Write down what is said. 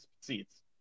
seats